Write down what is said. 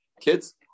kids